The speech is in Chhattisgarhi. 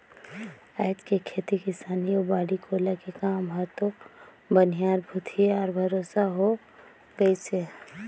आयज के खेती किसानी अउ बाड़ी कोला के काम हर तो बनिहार भूथी यार भरोसा हो गईस है